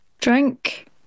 Drink